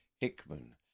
Hickman